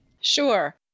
Sure